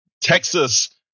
Texas